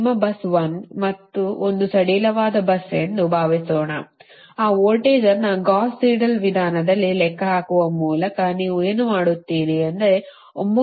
ನಿಮ್ಮ bus 1 ಒಂದು ಸಡಿಲವಾದ bus ಎಂದು ಭಾವಿಸೋಣ ಆ ವೋಲ್ಟೇಜ್ ಅನ್ನು ಗಾಸ್ ಸೀಡೆಲ್ ವಿಧಾನದಲ್ಲಿ ಲೆಕ್ಕಹಾಕುವ ಮೂಲಕ ನೀವು ಏನು ಮಾಡುತ್ತೀರಿ ಎಂದರೆ ಒಮ್ಮುಖವಾಗಲು ವಿಭಿನ್ನ ಮಾರ್ಗಗಳಿವೆ